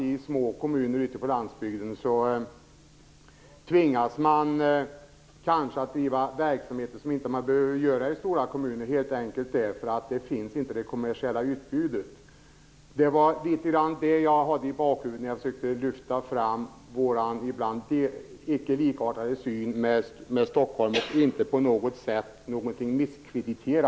I små kommuner ute på landsbygden tvingas man kanske att driva verksamheter som man inte behöver driva i stora kommuner helt enkelt därför att inte samma kommersiella utbud finns. Det var detta som jag hade i bakhuvudet när jag försökte lyfta fram att vår syn inte alltid är likartad med den som man har i Stockholm. Det var inte meningen att misskreditera.